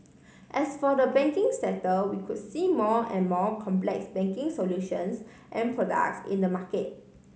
as for the banking sector we could see more and more complex banking solutions and products in the market